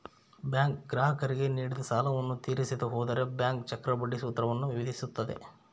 bank ಗ್ರಾಹಕರಿಗೆ ನೀಡಿದ ಸಾಲವನ್ನು ತೀರಿಸದೆ ಹೋದರೆ ಬ್ಯಾಂಕ್ ಚಕ್ರಬಡ್ಡಿ ಸೂತ್ರವನ್ನು ವಿಧಿಸುತ್ತದೆ